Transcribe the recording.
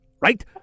Right